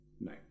No